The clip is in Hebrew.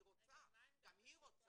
אני רוצה, גם היא רוצה.